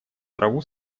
траву